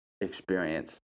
experience